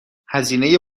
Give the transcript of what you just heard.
هزینه